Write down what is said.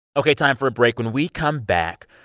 ok. time for a break. when we come back,